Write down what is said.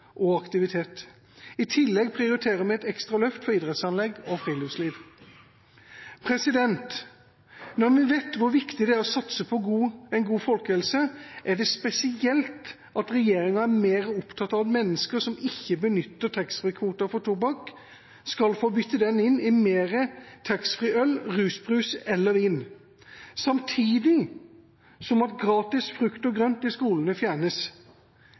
og aktivitet. I tillegg vil vi prioritere et ekstra løft for idrettsanlegg og friluftsliv. Når vi vet hvor viktig det er å satse på en god folkehelse, er det spesielt at regjeringa er mer opptatt av at mennesker som ikke benytter taxfree-kvoter til tobakk, skal få bytte den inn i mer taxfree-øl, rusbrus eller vin. Samtidig fjernes gratis frukt og grønt i skolene.